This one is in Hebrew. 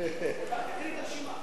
תקריא את הרשימה.